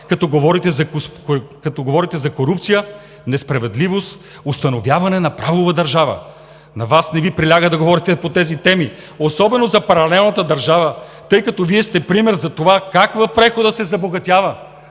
като говорите за корупция, несправедливост, установяване на правова държава. На Вас не Ви приляга да говорите по тези теми, особено за паралелната държава, тъй като Вие сте пример за това как в прехода се забогатява.